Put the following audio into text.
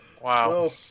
Wow